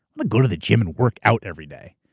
like go to the gym and work out every day.